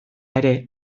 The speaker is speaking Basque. ere